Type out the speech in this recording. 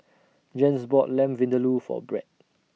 Jens bought Lamb Vindaloo For Brett